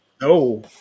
No